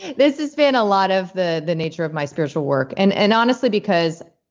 this has been a lot of the the nature of my spiritual work. and and honestly, because.